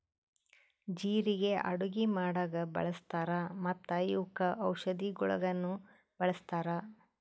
ಜೀರಿಗೆ ಅಡುಗಿ ಮಾಡಾಗ್ ಬಳ್ಸತಾರ್ ಮತ್ತ ಇವುಕ್ ಔಷದಿಗೊಳಾಗಿನು ಬಳಸ್ತಾರ್